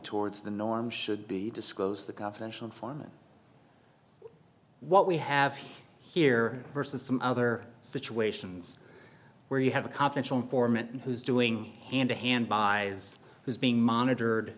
towards the norm should be disclosed the confidential informant what we have here versus some other situations where you have a confidential informant who's doing and a hand by who's being monitored